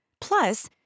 Plus